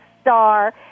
star